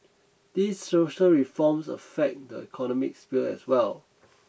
these social reforms affect the economic sphere as well